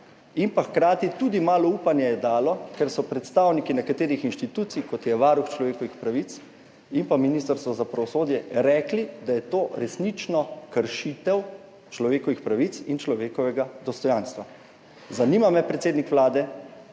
pa je dalo tudi malo upanja, ker so predstavniki nekaterih inštitucij, kot je Varuh človekovih pravic in pa Ministrstvo za pravosodje, rekli, da je to resnično kršitev človekovih pravic in človekovega dostojanstva. Zanima me, predsednik Vlade: